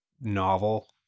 novel